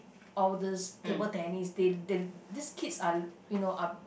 all these table tennis they they these kids are you know are